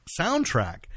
soundtrack